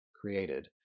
created